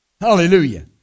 Hallelujah